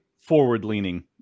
forward-leaning